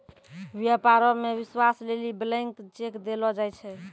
व्यापारो मे विश्वास लेली ब्लैंक चेक देलो जाय छै